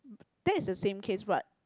that is the same case what